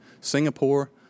Singapore